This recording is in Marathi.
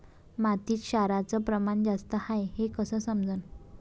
मातीत क्षाराचं प्रमान जास्त हाये हे कस समजन?